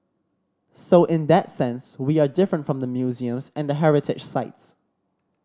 so in that sense we are different from the museums and the heritage sites